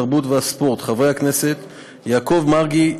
התרבות והספורט: חבר הכנסת יעקב מרגי,